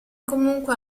comunque